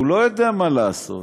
והוא לא יודע מה לעשות,